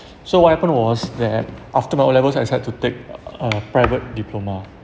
so what happened was that after my O levels I decide to take uh uh private diploma